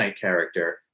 character